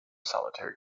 solitaire